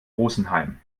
rosenheim